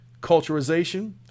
culturization